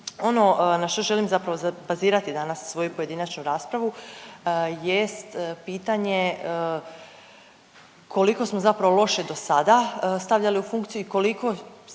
ono na što želim zapravo bazirati danas svoju pojedinačnu raspravu jest pitanje koliko smo zapravo loše do sada stavljali u funkciju i koliko